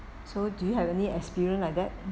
so do you have any experience like that